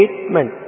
statement